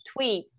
tweets